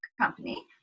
company